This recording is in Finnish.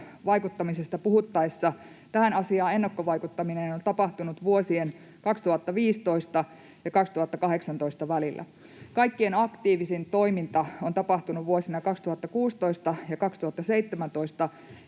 ennakkovaikuttamisesta puhuttaessa, että tähän asiaan ennakkovaikuttaminen on tapahtunut vuosien 2015 ja 2018 välillä. Kaikkein aktiivisin toiminta on tapahtunut vuosina 2016 ja 2017,